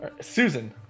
Susan